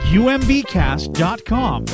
umbcast.com